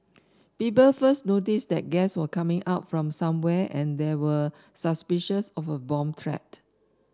people first noticed that gas was coming out from somewhere and there were suspicions of a bomb threat